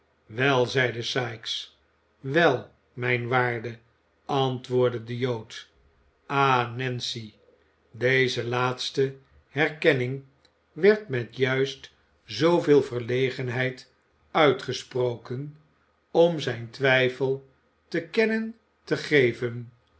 wel zeide sikes wel mijn waarde antwoordde de jood ah nancy deze laatste herkenning werd met juist zooveel verlegenheid uitgesproken om zijn twijfel te kennen te geven